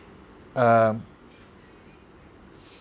um